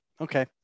Okay